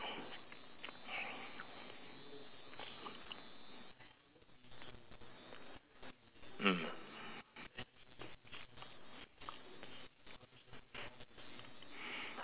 mm